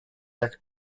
jak